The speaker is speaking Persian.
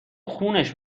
خونش